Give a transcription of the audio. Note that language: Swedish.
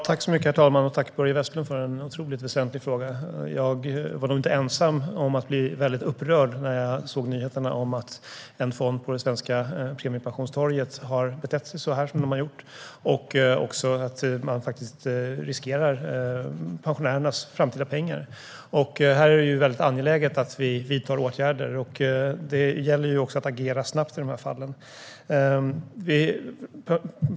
Herr talman! Jag tackar Börje Vestlund för en väsentlig fråga. Jag var nog inte ensam om att bli upprörd när jag såg nyheten om att en fond på det svenska premiepensionstorget har betett sig så här och riskerar framtida pensionärers pengar. Det är angeläget att vi vidtar åtgärder, och det gäller att agera snabbt i dessa fall.